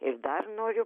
ir dar noriu